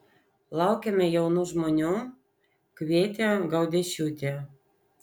laukiame jaunų žmonių kvietė gaudiešiūtė